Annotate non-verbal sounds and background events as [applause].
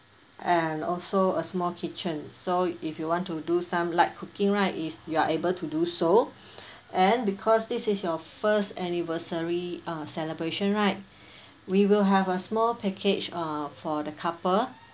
and also a small kitchen so if you want to do some light cooking right is you're able to do so [breath] and because this is your first anniversary uh celebration right we will have a small package uh for the couple